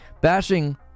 Bashing